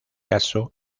caso